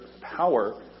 power